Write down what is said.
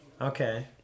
Okay